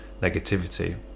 negativity